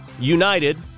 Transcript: United